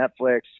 Netflix